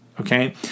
Okay